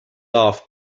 off